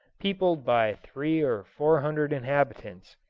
peopled by three or four hundred inhabitants.